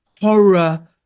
horror